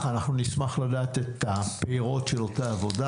אנחנו נשמח לדעת את הפירות של אותה עבודה